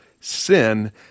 sin